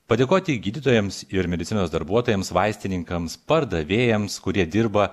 padėkoti gydytojams ir medicinos darbuotojams vaistininkams pardavėjams kurie dirba